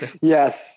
Yes